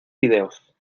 fideos